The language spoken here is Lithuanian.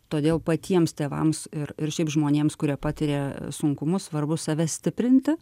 todėl patiems tėvams ir ir šiaip žmonėms kurie patiria sunkumus svarbu save stiprinti